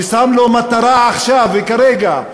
ששם לו מטרה עכשיו וכרגע,